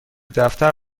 دفتر